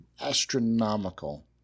astronomical